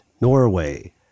Norway